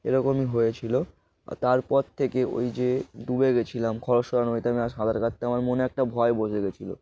এরকমই হয়েছিল আর তারপর থেকে ওই যে ডুবে গিয়েছিলাম খরস্রোতা নদীতে আমি আর সাঁতার কাটতে আমার মনে একটা ভয় বসে গিয়েছিল